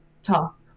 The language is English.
Top